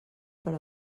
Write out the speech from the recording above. per